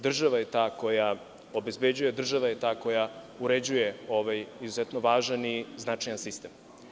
Država je ta koja obezbeđuje i država je ta koja uređuje ovaj izuzetno važan i značajan sistem.